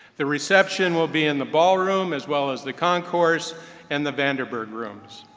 the reception will be in the ballroom as well as the concourse and the vandenburg rooms.